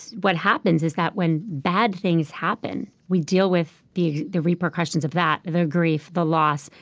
what happens is that when bad things happen, we deal with the the repercussions of that, the grief, the loss,